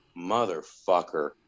Motherfucker